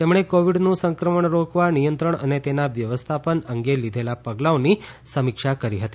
તેમણે કોવિડનું સંક્રમણ રોકવા નિયંત્રણ અને તેના વ્યવસ્થાપન અંગે લીઘેલા પગલાંઓની સમીક્ષા કરી હતી